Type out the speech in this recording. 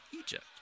Egypt